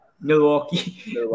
Milwaukee